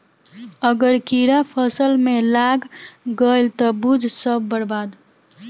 अगर कीड़ा फसल में लाग गईल त बुझ सब बर्बाद